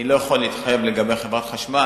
אני לא יכול להתחייב לגבי חברת החשמל,